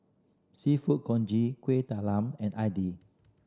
Seafood Congee Kuih Talam and